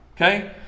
Okay